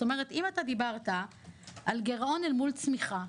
אם אתה דיברת על גרעון אל מול צמיחה,